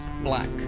black